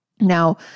Now